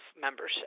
membership